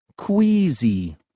Queasy